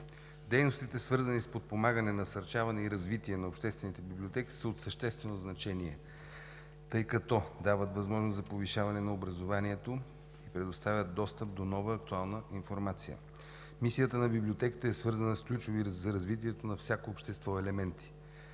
дейностите, свързани с подпомагане, насърчаване и развитие на обществените библиотеки са от съществено значение, тъй като дават възможност за повишаване на образованието и предоставят достъп до нова актуална информация. Мисията на библиотеките е свързана с ключови за развитието на всяко общество елементи,